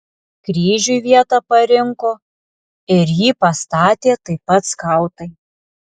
kryžiui vietą parinko ir jį pastatė taip pat skautai